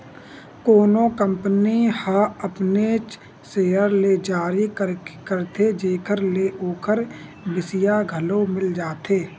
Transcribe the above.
कोनो कंपनी ह अपनेच सेयर ल जारी करथे जेखर ले ओखर बिसइया घलो मिल जाथे